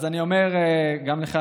אז אני אומר גם לך,